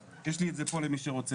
יש לי את זה פה למי שרוצה,